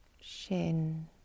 shin